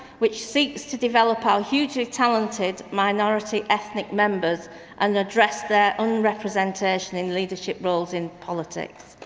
which seeks to develop our hugely talented minority ethnic members and address their unrepresentation in leadership roles in politics.